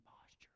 posture